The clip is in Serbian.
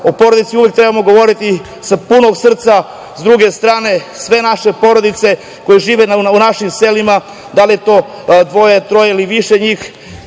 o porodici uvek treba da govorimo punog srca. Sa druge strane, sve naše porodice koje žive u našim selima, da li je to dvoje, troje ili više njih,